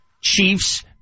Chiefs